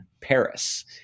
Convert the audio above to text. Paris